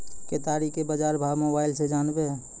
केताड़ी के बाजार भाव मोबाइल से जानवे?